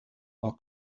are